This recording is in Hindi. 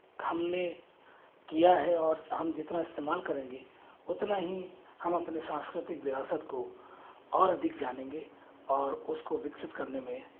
हमने किया है और हम जितना इस्तेमाल करेंगे उतना ही हम अपने सांस्कृतिक विरासत को और अधिक जानेंगे और उसको विकसित करने में